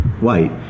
White